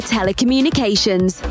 Telecommunications